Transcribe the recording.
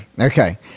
okay